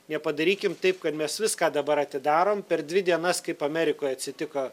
nepadarykim taip kad mes viską dabar atidarom per dvi dienas kaip amerikoj atsitiko